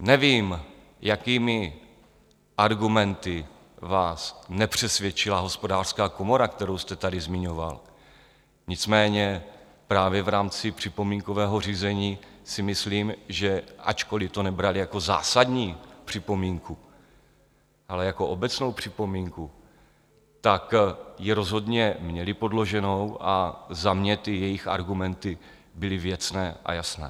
Nevím, jakými argumenty vás nepřesvědčila Hospodářská komora, kterou jste tady zmiňoval, nicméně právě v rámci připomínkového řízení si myslím, že ačkoliv to nebrali jako zásadní připomínku, ale jako obecnou připomínku, tak ji rozhodně měli podloženou a za mě ty jejich argumenty byly věcné a jasné.